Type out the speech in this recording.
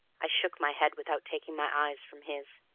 i shook my head without taking my eyes from his.